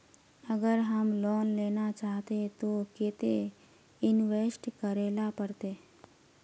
अगर हम लोन लेना चाहते तो केते इंवेस्ट करेला पड़ते?